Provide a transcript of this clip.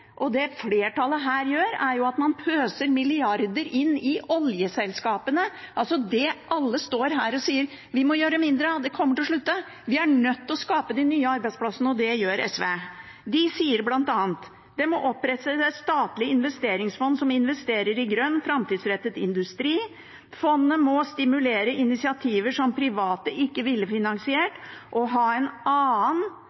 er at man pøser milliarder inn i oljeselskapene, altså det som alle står her og sier at vi må gjøre mindre av fordi det kommer til å slutte. Vi er nødt til å skape de nye arbeidsplassene, og det gjør SV. De sier bl.a. at det må opprettes et statlig investeringsfond som investerer i grønn, framtidsrettet industri. Fondet må stimulere initiativer som private ikke ville